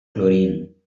chlorine